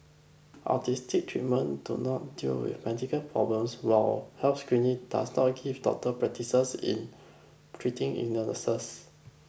artistic treatments do not deal with medical problems while health screening does not give doctors practices in treating illnesses